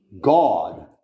God